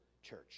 church